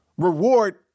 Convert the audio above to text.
reward